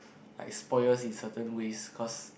like spoil us in certain ways cause